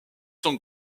son